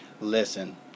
Listen